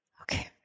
Okay